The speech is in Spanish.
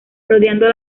rodeando